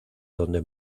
donde